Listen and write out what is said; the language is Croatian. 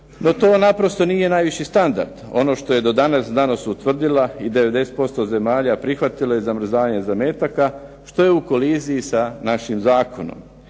No to naprosto nije najviši standard. Ono što je do danas znanost utvrdila i 90% zemalja prihvatilo je zamrzavanje zametaka što je u koliziji sa našim zakonom.